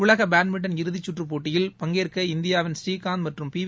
உலக பேட்மின்டன் இறுதிச்சுற்று போட்டியில் பங்கேற்க இந்தியாவின் ஸ்ரீகாந்த் மற்றும் பிவி